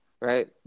right